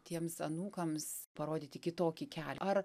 tiems anūkams parodyti kitokį kelią ar